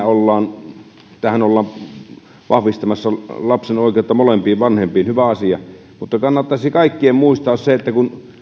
ollaan vahvistamassa lapsen oikeutta molempiin vanhempiin hyvä asia mutta kannattaisi kaikkien muistaa se että kun